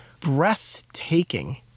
breathtaking